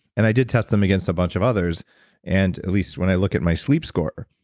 and i did test them against a bunch of others and at least when i look at my sleep score,